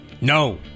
No